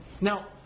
Now